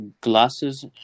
glasses